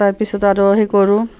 তাৰপিছত আৰু সেই কৰোঁ